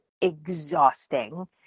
exhausting